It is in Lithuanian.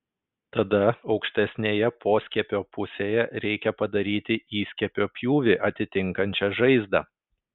tada aukštesnėje poskiepio pusėje reikia padaryti įskiepio pjūvį atitinkančią žaizdą